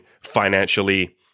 financially